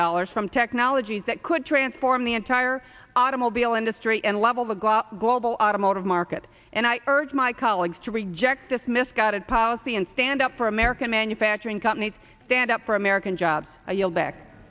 dollars from technologies that could transform the entire automobile industry and level the glop global automotive market and i urge my colleagues to reject this misguided policy and stand up for american manufacturing companies stand up for american jobs i yield back